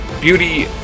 Beauty